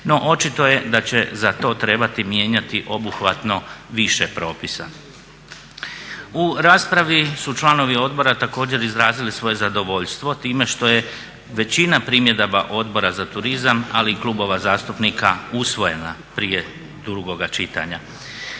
No, očito je da će za to trebati mijenjati obuhvatno više propisa. U raspravi su članovi odbora također izrazili svoje zadovoljstvo time što je većina primjedbi Odbora za turizam ali i klubova zastupnika usvojena prije drugog čitanja.